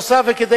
נוסף על כך,